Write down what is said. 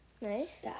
Nice